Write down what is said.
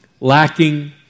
lacking